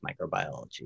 microbiology